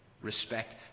respect